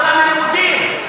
אבטלה מלימודים.